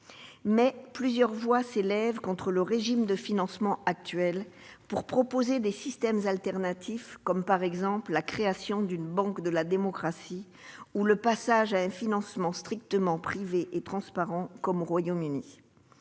plusieurs voix s'élèvent contre le régime de financement actuel, pour proposer des systèmes alternatifs comme, par exemple, la création d'une « banque de la démocratie » ou le passage à un financement strictement privé et transparent comme au Royaume-Uni.,